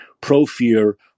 pro-fear